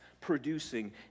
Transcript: producing